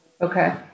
Okay